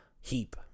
heap